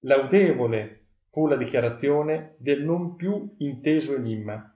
laudevole fu la dichiarazione del non più inteso enimma